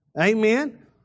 Amen